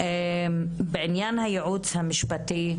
בעניין הייעוץ המשפטי,